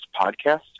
Podcast